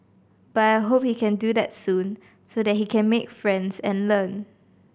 but I hope he can do that soon so that he can make friends and learn